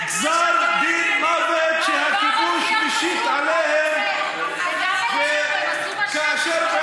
גזר דין מוות שהכיבוש משית עליהן כאשר הוא